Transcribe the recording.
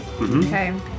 Okay